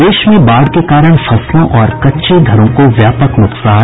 प्रदेश में बाढ़ के कारण फसलों और कच्चे घरों को व्यापक नुकसान